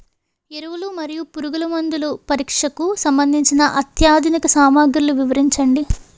ఎరువులు మరియు పురుగుమందుల పరీక్షకు సంబంధించి అత్యాధునిక సామగ్రిలు వివరించండి?